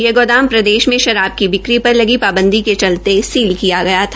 ये गोदाम प्रदेश में शराब की बिक्री पर लगी पांबदी के चलते सील किया गया था